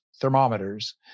thermometers